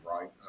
right